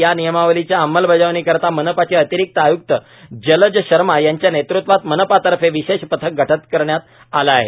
या नियमावलीच्या अंमलबजावणीकरिता मनपाचे अतिरिक्त आय्क्त जलज शर्मा यांच्या नेतृत्वात मनपातर्फे विशेष पथक गठीत करण्यात आले आहे